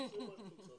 תעשי בהן מה שאת רוצה.